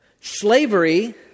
slavery